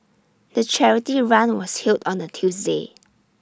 the charity run was held on A Tuesday